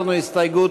הציוני,